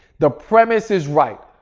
the premise is right.